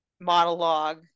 monologue